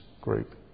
group